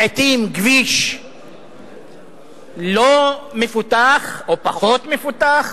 לעתים כביש לא מפותח, או פחות מפותח,